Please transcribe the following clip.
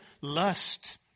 lust